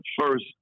first